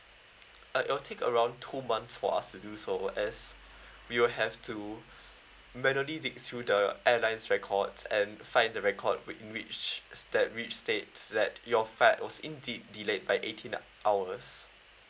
uh it will take around two months for us to do so as we will have to manually dig through the airlines records and find the record which in which that which states that your flight was indeed delayed by eighteen hours